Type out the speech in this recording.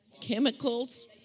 chemicals